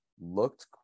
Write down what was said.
looked